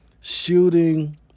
shooting